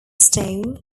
stone